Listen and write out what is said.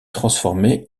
transformée